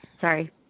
Sorry